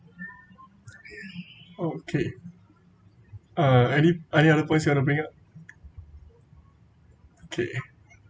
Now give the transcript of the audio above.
okay okay uh any any other points you want to bring up okay